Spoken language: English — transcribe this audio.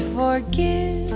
forgive